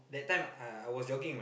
that time I was jogging